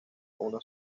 una